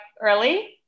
early